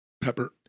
Pepper